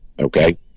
Okay